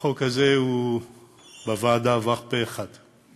החוק הזה עבר בוועדה פה אחד,